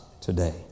today